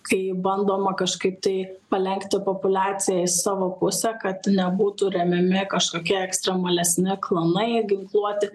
kai bandoma kažkaip tai palenkti populiaciją į savo pusę kad nebūtų remiami kažkokie ekstremalesni klanai ginkluoti